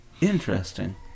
Interesting